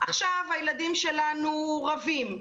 עכשיו הילדים שלנו רבים.